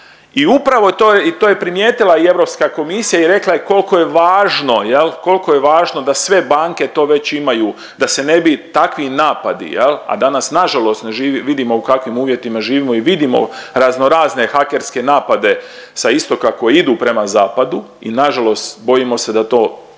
i upravo to, i to je primijetila i Europska komisija i rekla je koliko je važno jel, koliko je važno da sve banke to već imaju da se ne bi takvi napadi, a danas nažalost vidimo u kakvim uvjetima živimo i vidimo razno razne hakerske napade sa istoka koji idu prema zapadu i nažalost bojimo se da to neće